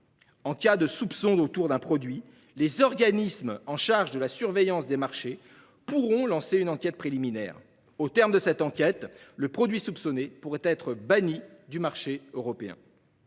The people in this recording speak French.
En cas de soupçons sur un produit, les organismes chargés de la surveillance des marchés pourront lancer une enquête préliminaire au terme de laquelle le produit soupçonné pourra être banni du marché européen.